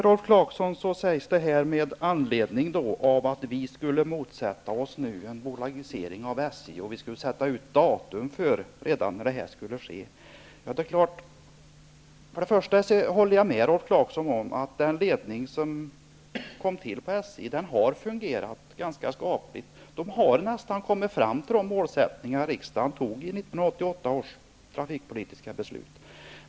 Rolf Clarkson sade att vi motsätter oss en bolagisering av SJ och förslaget att vi redan nu skulle sätta ut datum för när det skall ske. Först och främst håller jag med Rolf Clarkson om att den ledning som kom till på SJ har fungerat ganska skapligt. Den har nästan kommit fram till de målsättningar riksdagen antog i 1988 års trafikpolitiska beslut.